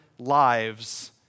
lives